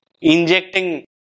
injecting